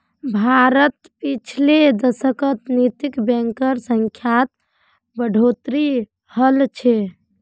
भारतत पिछले दशकत नैतिक बैंकेर संख्यात बढ़ोतरी हल छ